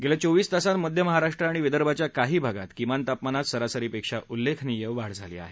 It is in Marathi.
गेल्या चोवीस तासात मध्य महाराष्ट्र आणि विदर्भाच्या काही भागात किमान तापमानात सरासरीपेक्षा उल्लेखनीय वाढ झाली आहे